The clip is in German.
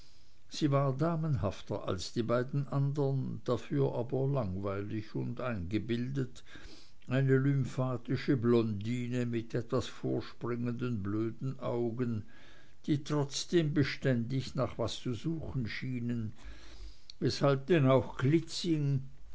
sie war damenhafter als die beiden anderen dafür aber langweilig und eingebildet eine lymphatische blondine mit etwas vorspringenden blöden augen die trotzdem beständig nach was zu suchen schienen weshalb denn auch klitzing